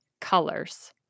colors